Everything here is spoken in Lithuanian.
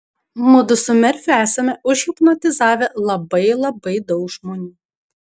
mudu su merfiu esame užhipnotizavę labai labai daug žmonių